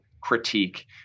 critique